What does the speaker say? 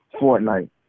Fortnite